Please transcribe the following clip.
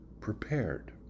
prepared